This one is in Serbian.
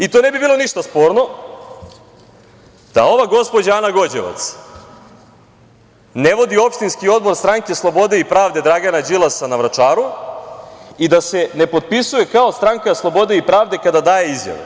I to ne bi bilo ništa sporno da ova gospođa Ana Gođevac ne vodi opštinski odbor Stranke slobode i pravde Dragana Đilasa na Vračaru i da se ne potpisuje kao Stranka slobode i pravde kada daje izjave.